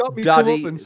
Daddy